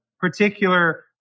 particular